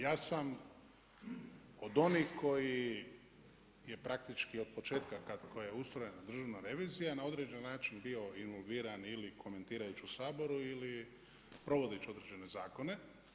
Ja sam od onih koji je praktički od početka kako koja usluga, Državna revizija na određeni način bio involuiran ili komentirajući u Saboru ili provodeći određene zakone.